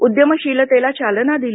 उद्यमशीलतेला चालना दिली